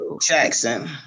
Jackson